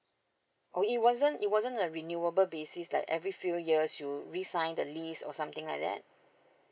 oh it wasn't it wasn't a renewable basis like every few years should we signed the lease or something like that